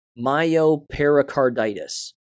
myopericarditis